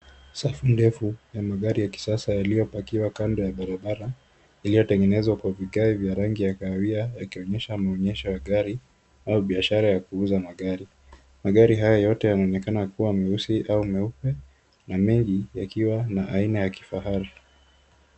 Safu ndefu ya magari ya kisasa yaliyopackiwa kando ya barabara iliyotengenezwa kwa vigae vya rangi ya kahawia yakionyesha muonyesho ya gari au biashara ya kuuza magari. Magari haya yote yanaonekana kuwa meusi au meupe na mengi yakiwa na aina ya kifahari.